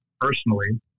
personally